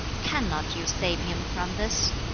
cannot you save him from this?